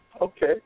Okay